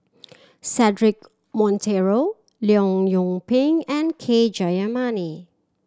Cedric Monteiro Leong Yoon Pin and K Jayamani